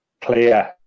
clear